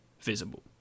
visible